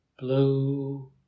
Blue